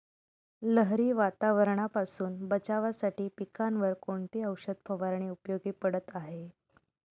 लहरी वातावरणापासून बचावासाठी पिकांवर कोणती औषध फवारणी उपयोगी पडत आहे?